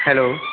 hello